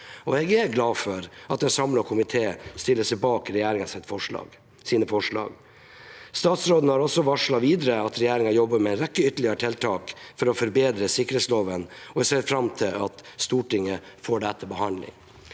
Jeg er glad for at en samlet komité stiller seg bak regjeringens forslag. Statsråden har også varslet videre at regjeringen jobber med en rekke ytterligere tiltak for å forbedre sikkerhetsloven, og jeg ser fram til at Stortinget får dette til behandling.